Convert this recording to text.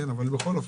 אבל בכל אופן,